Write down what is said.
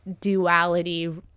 duality